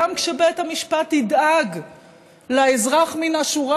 גם כשבית המשפט ידאג לאזרח מן השורה,